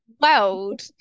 world